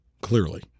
Clearly